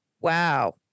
Wow